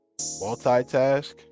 multitask